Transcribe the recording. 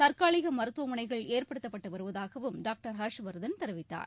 தற்காலிக மருத்துவமனைகள் ஏற்படுத்தப்பட்டு வருவதாக டாக்டர் ஹர்ஷ்வர்தன் தெரிவித்தார்